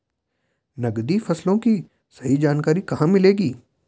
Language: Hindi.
नकदी फसलों की सही जानकारी कहाँ मिलेगी?